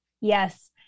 Yes